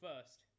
first